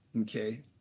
Okay